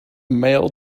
male